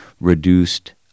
reduced